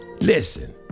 listen